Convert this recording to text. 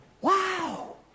wow